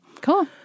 Cool